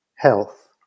health